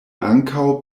ankaŭ